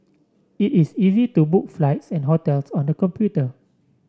it is easy to book flights and hotels on the computer